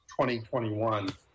2021